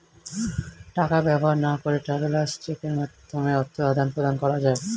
টাকা ব্যবহার না করে ট্রাভেলার্স চেকের মাধ্যমে অর্থ আদান প্রদান করা যায়